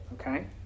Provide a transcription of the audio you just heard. Okay